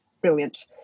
brilliant